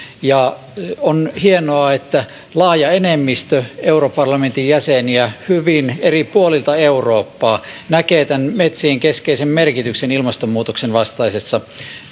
on hienoa että laaja enemmistö europarlamentin jäseniä hyvin eri puolilta eurooppaa näkee tämän metsien keskeisen merkityksen ilmastonmuutoksen vastaisessa